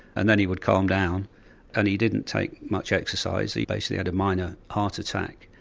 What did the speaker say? and then he would calm down and he didn't take much exercise, he basically had a minor heart attack,